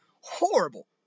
Horrible